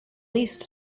least